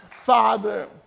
Father